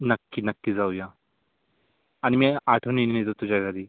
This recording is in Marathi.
नक्की नक्की जाऊया आणि मी आठवणीने येतो तुझ्या घरी